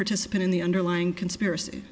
participant in the underlying conspiracy